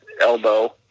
elbow